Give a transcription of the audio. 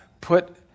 put